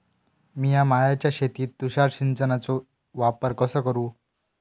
मिया माळ्याच्या शेतीत तुषार सिंचनचो वापर कसो करू?